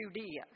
Judea